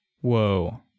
whoa